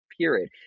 period